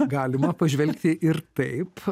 galima pažvelgti ir taip